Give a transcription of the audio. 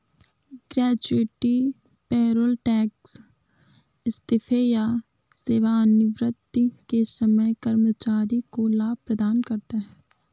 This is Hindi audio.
ग्रेच्युटी पेरोल टैक्स इस्तीफे या सेवानिवृत्ति के समय कर्मचारी को लाभ प्रदान करता है